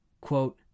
Quote